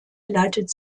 leitet